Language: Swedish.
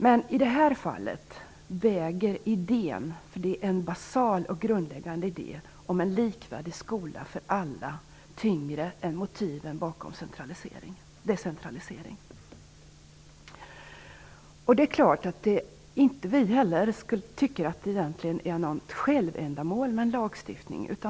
Men i det här fallet väger idén om en likvärdig skola för alla tyngre än motiven bakom decentralisering. Det är en basal och grundläggande idé. Det är klart att inte heller vi tycker att det är något självändamål med en lagstiftning.